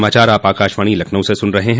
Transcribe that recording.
यह समाचार आप आकाशवाणी लखनऊ से सुन रहे हैं